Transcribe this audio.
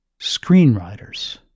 Screenwriters